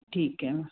ਠੀਕ ਹੈ